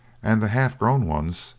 and the half-grown ones,